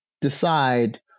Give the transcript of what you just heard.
decide